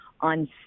on